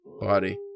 body